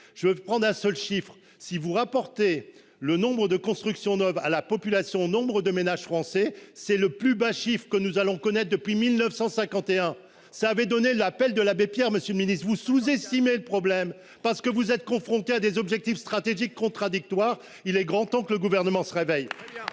Je vais prendre un seul chiffre si vous rapportez le nombre de constructions neuves à la population. Nombre de ménages français c'est le plus bas, chiffre que nous allons connaître depuis 1951 ça avait donné l'appel de l'abbé Pierre, Monsieur le Ministre, vous sous-estimer le problème parce que vous êtes confronté à des objectifs stratégiques contradictoires. Il est grand temps que le gouvernement se réveille.